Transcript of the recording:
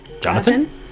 Jonathan